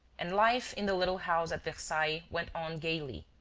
and life in the little house at versailles went on gaily,